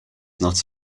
not